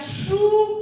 true